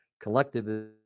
collective